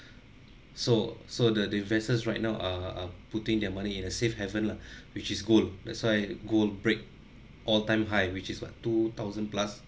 so so the investors right now are are putting their money in a safe haven lah which is gold that's why gold break all time high which is what two thousand plus